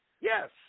Yes